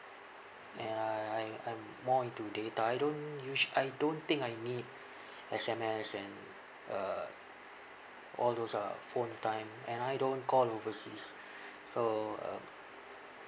and I I I'm more into data I don't usu~ I don't think I need S_M_S and uh all those uh phone time and I don't call overseas so uh